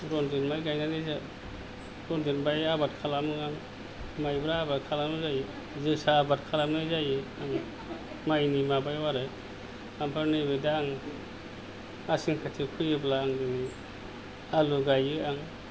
रनजिद माइ गायनानै रनजिद माइ आबाद खालामो आं मायब्रा आबाद खालामनाय जायो जोसा आबाद खालामनाय जायो आङो माइनि माबायाव आरो ओमफ्राय नैबे दा आङो आसिन खार्थिक फैयोब्ला आं दिनै आलु गायो आं